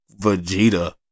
Vegeta